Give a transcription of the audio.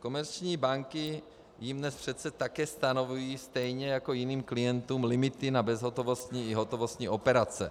Komerční banky jim dnes přece také stanovují, stejně jako jiným klientům, limity na bezhotovostní i hotovostní operace.